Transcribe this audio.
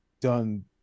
done